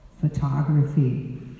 photography